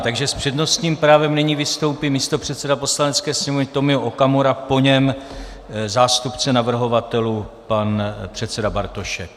Takže s přednostním právem nyní vystoupí místopředseda Poslanecké sněmovny Tomio Okamura, po něm zástupce navrhovatelů pan předseda Bartošek.